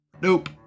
Nope